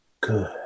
good